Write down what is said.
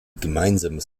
gemeinsames